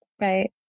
right